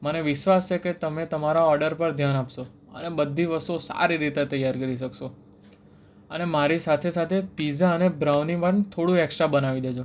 મને વિશ્વાસ છે કે તમે તમારા ઓર્ડર પર ધ્યાન આપશો અને બધી વસ્તુઓ સારી રીતે તૈયાર કરી શકશો અને મારી સાથે સાથે પીઝા અને બ્રાઉની બન થોડું એકસ્ટ્રા બનાવી દેજો